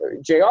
Jr